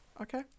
Okay